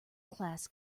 class